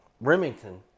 Remington